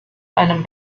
einem